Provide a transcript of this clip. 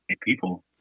people